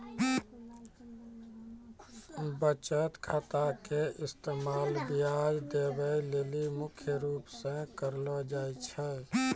बचत खाता के इस्तेमाल ब्याज देवै लेली मुख्य रूप से करलो जाय छै